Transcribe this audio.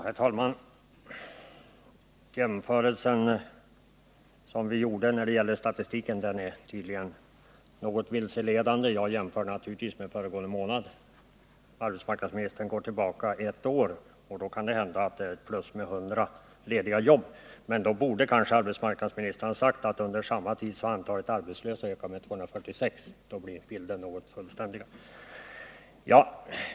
Herr talman! Den jämförelse som vi gjorde när det gäller statistiken är tydligen något vilseledande. Jag jämför naturligtvis med föregående månad. Arbetsmarknadsministern går ett år tillbaka, och då kan det måhända bli ett plus med 100 lediga jobb. Vid en sådan jämförelse borde arbetsmarknadsministern även ha sagt att under samma tid antalet arbetslösa ökade med 246. Då skulle bilden bli något fullständigare.